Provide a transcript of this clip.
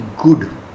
good